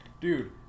Dude